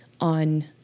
on